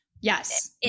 yes